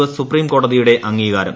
S supreme കോടതിയുടെ അംഗീകാരം